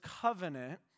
covenant